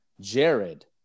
Jared